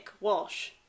Walsh